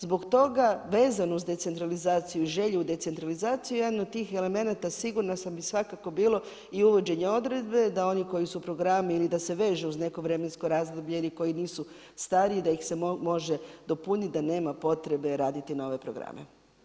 Zbog toga, vezano uz decentralizaciju, želju decentralizacije, jedan od tog elemenata sigurna sam i svakako bi bilo i uvođenje odredbe da oni koji su programi ili da se vežu uz neko vremensko razdoblje ili koji nisu stariji da ih se može dopuniti, da nema potrebe raditi nove programe.